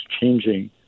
changing